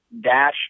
dash